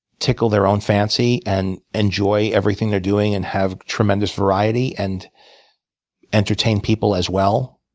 tickle their own fancy, and enjoy everything they're doing, and have tremendous variety, and entertain people as well,